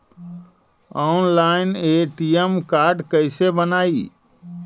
Online ATM card कैसे बनाई?